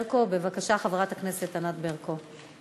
אבל אם הוא חושב שזה הולך להיות סדר, לא,